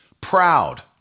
proud